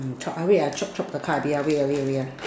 wait I chop chop the cards a bit wait wait wait